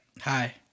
Hi